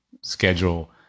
schedule